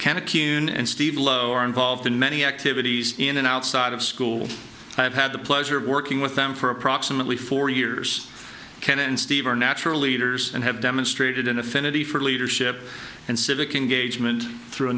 coon and steve low are involved in many activities in and outside of school i have had the pleasure of working with them for approximately four years ken and steve are naturally leaders and have demonstrated an affinity for leadership and civic engagement through a